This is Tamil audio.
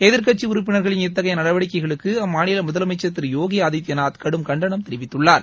எதிர்க்கட்சி உறுப்பினர்களின் இத்தகைய நடவடிக்கைகளுக்கு அம்மாநில முதலமைச்சர் திரு யோகி ஆதித்தியநாத் கடும் கண்டனம் தெரிவித்துள்ளார்